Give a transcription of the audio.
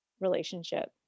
relationship